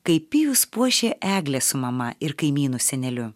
kaip pijus puošė eglę su mama ir kaimynu seneliu